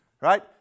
right